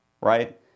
Right